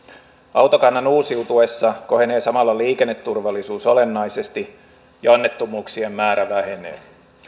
autokannan uusiutuessa kohenee samalla liikenneturvallisuus olennaisesti ja onnettomuuksien määrä vähenee